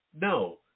No